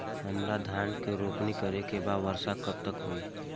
हमरा धान के रोपनी करे के बा वर्षा कब तक होई?